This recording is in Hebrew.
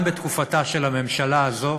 גם בתקופתה של הממשלה הזאת,